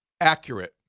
accurate